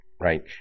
right